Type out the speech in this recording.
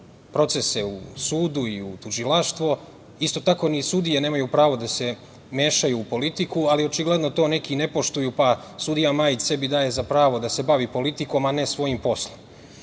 procese u sudu i u tužilaštvu. Isto tako ni sudije nemaju pravo da se mešaju u politiku, ali očigledno to neki ne poštuju pa sudija Majić sebi daje za pravo da se bavi politikom, a ne svojim poslom. Sve